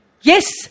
Yes